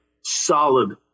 solid